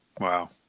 wow